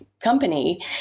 company